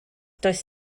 does